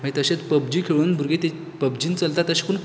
मागीर तशेंच पबजी खेळून भुरगीं तीं पबजीन चलता तशें करून